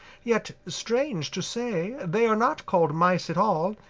yet, strange to say, they are not called mice at all,